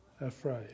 afraid